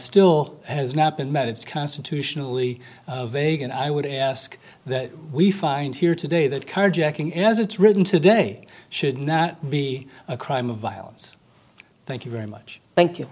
still has not been met it's constitutionally vague and i would ask that we find here today that carjacking as it's written today should not be a crime of violence thank you very much thank